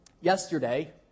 Yesterday